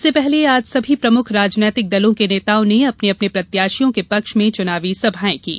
इससे पहले आज सभी प्रमुख राजनीतिक दलों के नेताओं ने अपने अपने प्रत्याशियों के पक्ष में चुनावी सभायें कीं